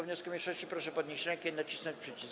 wniosku mniejszości, proszę podnieść rękę i nacisnąć przycisk.